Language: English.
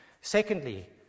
Secondly